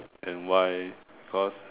and why because